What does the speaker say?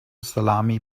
salami